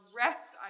rest